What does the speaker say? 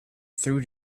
through